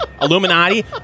Illuminati